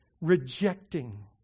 Rejecting